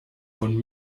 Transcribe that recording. von